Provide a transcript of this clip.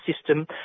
system